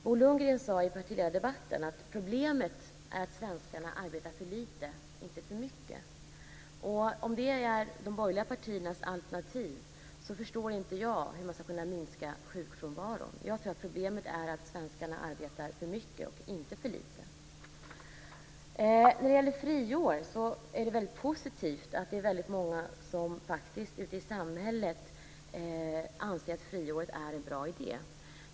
Bo Lundgren sade i partiledardebatten att problemet är att svenskarna arbetar för lite, inte för mycket. Om det är de borgerliga partiernas alternativ förstår inte jag hur man ska kunna minska sjukfrånvaron. Jag tror att problemet är att svenskarna arbetar för mycket, inte för lite. När det gäller friår är det väldigt positivt att så många ute i samhället anser att detta är en bra idé.